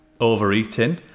overeating